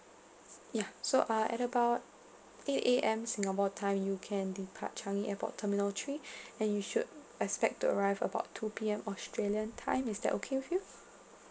ya so uh at about eight A_M singapore time you can depart changi airport terminal three and you should expect to arrive about two P_M australian time is that okay with you